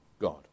God